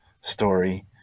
story